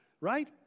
right